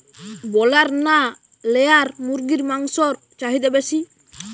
Broiler না layer মুরগির মাংসর চাহিদা বেশি?